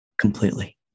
completely